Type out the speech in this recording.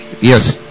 Yes